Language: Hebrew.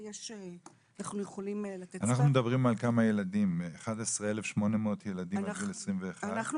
אנחנו מדברים על כמה ילדים 11,800 ילדים עד גיל 21. אני